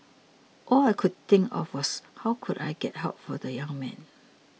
all I could think of was how could I get help for the young man